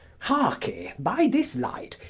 harkee, by this light,